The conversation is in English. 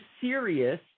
serious